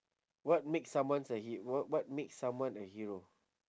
what makes someone a hero what makes someone a hero